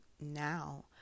now